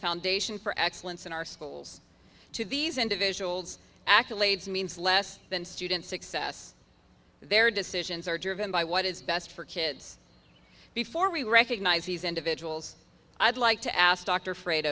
foundation for excellence in our schools to these individuals accolades means less than student success their decisions are driven by what is best for kids before we recognize these individuals i'd like to ask d